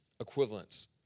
equivalents